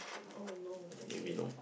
oh no okay